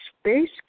Space